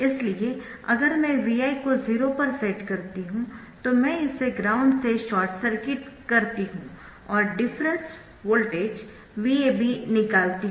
इसलिए अगर मैं Vi को 0 पर सेट करती हूं तो मैं इसे ग्राउंड से शॉर्ट सर्किट करती हूं और फिर डिफरेंस वोल्टेज VAB निकालती हु